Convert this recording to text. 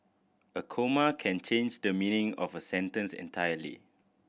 a comma can change the meaning of a sentence entirely